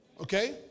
Okay